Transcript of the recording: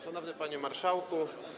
Szanowny Panie Marszałku!